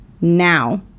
now